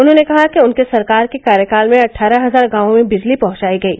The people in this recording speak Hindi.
उन्होंने कहा कि उनके सरकार के कार्यकाल में अटठारह हजार गांवों में बिजली पहंचाई गयी